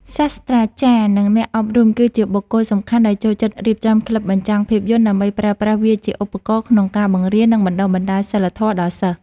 សាស្ត្រាចារ្យ និងអ្នកអប់រំ គឺជាបុគ្គលសំខាន់ដែលចូលចិត្តរៀបចំក្លឹបបញ្ចាំងភាពយន្ត ដើម្បីប្រើប្រាស់វាជាឧបករណ៍ក្នុងការបង្រៀន និងបណ្ដុះបណ្ដាលសីលធម៌ដល់សិស្ស។